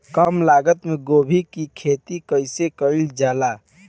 कम लागत मे गोभी की खेती कइसे कइल जाला?